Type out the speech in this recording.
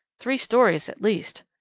three stories, at least!